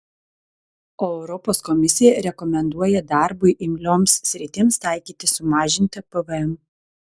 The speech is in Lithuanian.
o europos komisija rekomenduoja darbui imlioms sritims taikyti sumažintą pvm